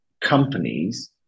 companies